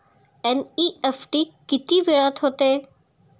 NEFT किती वेळात होते?